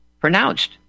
pronounced